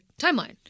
timeline